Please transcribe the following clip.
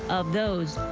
of those,